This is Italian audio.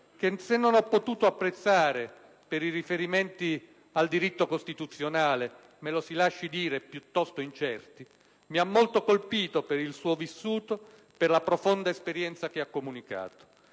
che, se non ho potuto apprezzare per i riferimenti al diritto costituzionale, me lo si lasci dire, piuttosto incerti, mi ha molto colpito per il suo vissuto e per la profonda esperienza che ha comunicato.